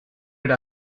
era